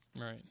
Right